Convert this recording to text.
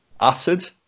Acid